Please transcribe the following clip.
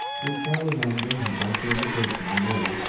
through charlie langdon he got the invitation renewed,